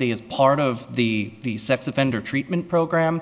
is part of the the sex offender treatment program